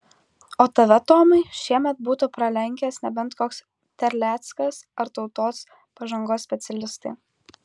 o tave tomai šiemet būtų pralenkęs nebent koks terleckas ar tautos pažangos specialistai